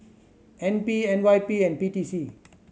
N P N Y P and P T C